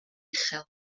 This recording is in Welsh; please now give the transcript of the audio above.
uchel